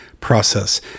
process